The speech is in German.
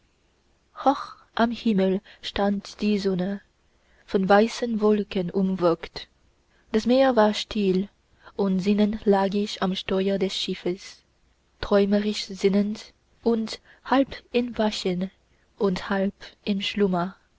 hoch am himmel stand die sonne von weißen wolken umwogt das meer war still und sinnend lag ich am steuer des schiffes träumerisch sinnend und halb im wachen und halb im schlummer